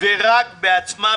ורק בעצמה,